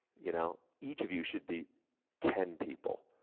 you know each of you should be ten people.